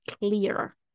clear